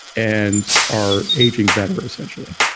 and our aging better essentially.